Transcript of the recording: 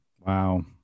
Wow